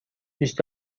بیش